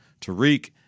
Tariq